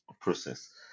process